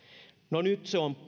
no nyt se on